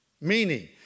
Meaning